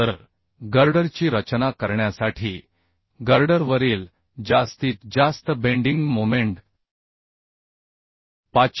तर गर्डरची रचना करण्यासाठी गर्डरवरील जास्तीत जास्त बेंडिंग मोमेंट 527